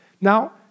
Now